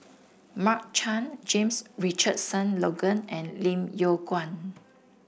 Mark Chan James Richardson Logan and Lim Yew Kuan